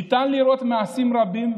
ניתן לראות מעשים רבים.